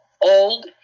Old